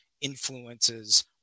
influences